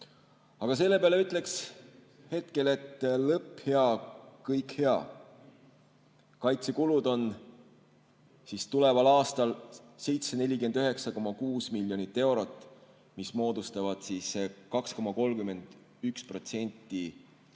Aga selle peale ütleks hetkel, et lõpp hea, kõik hea. Kaitsekulud on tuleval aastal 749,6 miljonit eurot, mis moodustavad 2,31%